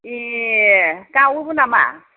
ए गावोबो नामा